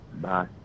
Bye